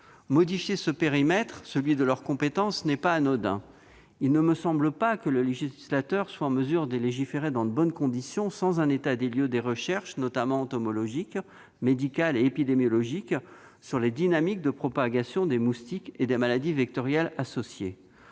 Modifier le périmètre de leurs compétences n'est pas anodin. Il ne me semble pas que le législateur soit en mesure de travailler dans de bonnes conditions sans un état des lieux des recherches, notamment entomologiques, médicales et épidémiologiques, sur les dynamiques de propagation des moustiques et des maladies vectorielles associées.